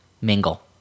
Mingle